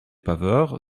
paveurs